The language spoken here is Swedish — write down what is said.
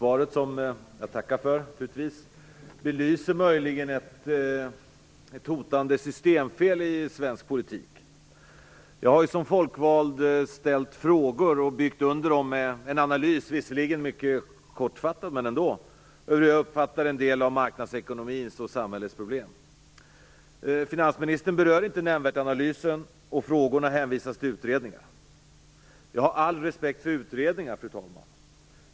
Fru talman! Jag tackar för svaret. Det belyser möjligen ett hotande systemfel i svensk politik. Jag har som folkvald ställt frågor och byggt under dem med en analys, visserligen mycket kortfattad, över hur jag uppfattar en del av marknadsekonomins och samhällets problem. Finansministern berör inte nämnvärt analysen och frågorna hänvisas till utredningar. Fru talman! Jag har all respekt för utredningar.